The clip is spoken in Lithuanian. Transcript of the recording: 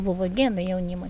buvo gėda jaunimui